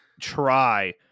try